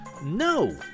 No